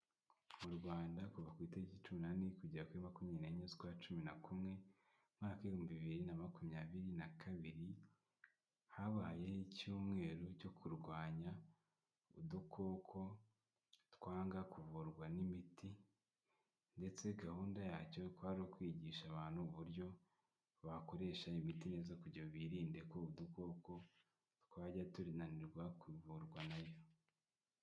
Mu Rwanda kuva ku itariki umunani kugera kuri makumyabiri n' enye z'ukwa cumi na kumwe umwaka w'ibihumbi bibiri na makumyabiri na kabiri habayeho icyumweru cyo kurwanya udukoko twanga kuvurwa n'imiti, ndetse gahunda yacyo kwari ukwigisha abantu uburyo bakoresha imiti neza kugira ngo birinde ko udukoko twajya turinanirwa kuvurwa nayo.